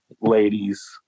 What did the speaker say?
ladies